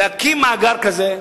להקים מאגר כזה,